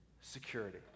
security